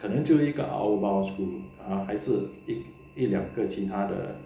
可能就一个 outbound school ah 还是一两个其他的